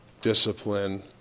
discipline